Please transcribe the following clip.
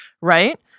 right